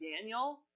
Daniel